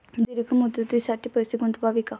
दीर्घ मुदतीसाठी पैसे गुंतवावे का?